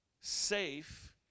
safe